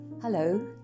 Hello